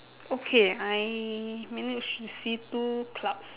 okay I managed to see two clouds